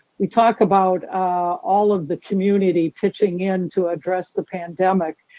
we talked about all of the community pitching in to address the pandemic.